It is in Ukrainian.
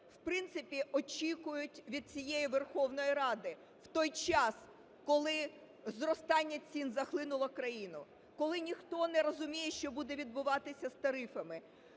в принципі, очікують від цієї Верховної Ради, в той час, коли зростання цін захлинуло країну, коли ніхто не розуміє, що буде відбуватися з тарифами,